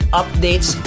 updates